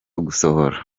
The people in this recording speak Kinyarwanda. gusohora